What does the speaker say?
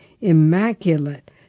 immaculate